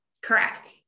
Correct